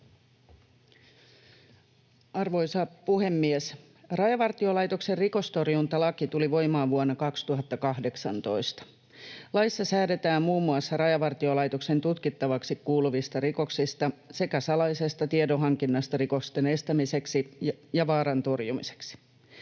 Arvoisa puhemies! Rajavartiolaitoksen rikostorjuntalaki tuli voimaan vuonna 2018. Laissa säädetään muun muassa Rajavartiolaitoksen tutkittaviksi kuuluvista rikoksista sekä salaisesta tiedonhankinnasta rikosten estämiseksi ja vaaran torjumiseksi.